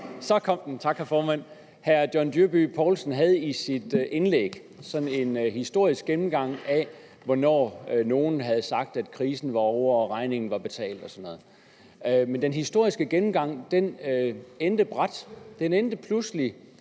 Så kom den. Tak, hr. formand. Hr. John Dyrby Paulsen havde i sit indlæg en historisk gennemgang af, hvornår nogle havde sagt at krisen var ovre og regningen var betalt og sådan noget. Men den historiske gennemgang endte brat; den endte pludselig